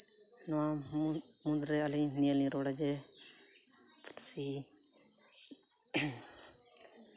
ᱱᱚᱣᱟ ᱢᱩᱬᱩᱫ ᱢᱩᱫᱽᱨᱮ ᱟᱹᱞᱤᱧ ᱱᱤᱭᱟᱹ ᱞᱤᱧ ᱨᱚᱲᱟ ᱡᱮ ᱯᱟᱹᱨᱥᱤ